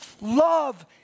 Love